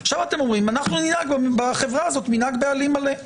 עכשיו אתם אומרים אנחנו ננהג בחברה הזאת מנהג בעלים מלא.